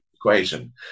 equation